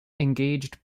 engaged